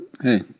hey